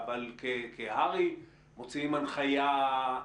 בקהילה הערבית ובקהילה החרדית.